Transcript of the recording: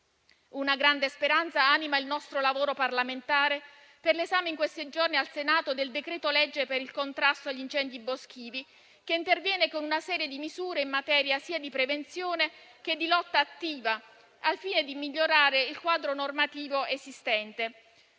Una grande speranza anima il nostro lavoro parlamentare per l'esame in questi giorni al Senato del decreto-legge per il contrasto agli incendi boschivi, che interviene con una serie di misure in materia sia di prevenzione che di lotta attiva, al fine di migliorare il quadro normativo esistente.